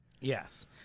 Yes